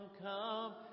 come